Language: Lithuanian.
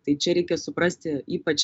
tai čia reikia suprasti ypač